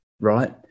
right